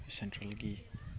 ꯁꯦꯟꯇ꯭ꯔꯦꯜꯒꯤ